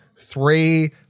three